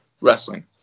wrestling